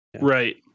Right